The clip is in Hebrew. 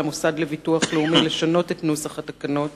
על המוסד לביטוח לאומי לשנות את נוסח התקנות